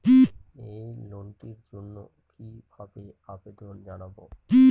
এই লোনটির জন্য কিভাবে আবেদন জানাবো?